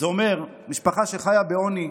זה אומר שמשפחה חיה בעוני,